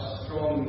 strong